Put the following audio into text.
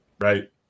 right